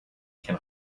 can